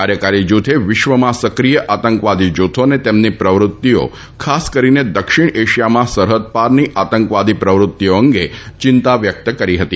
કાર્યકારી જૂથે વિશ્વમાં સક્રિય આતંકવાદી જૂથો અને તેમની પ્રવૃત્તિઓ ખાસ કરીને દક્ષિણ એશિયામાં સરહદ પારની આતંકવાદી પ્રવૃત્તિઓ અંગે ચિંતા વ્યક્ત કરી હતી